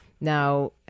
Now